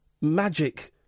magic